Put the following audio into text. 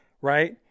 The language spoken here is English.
right